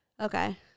okay